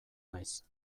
naiz